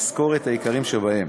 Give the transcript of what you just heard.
אסקור את העיקריים שבהם.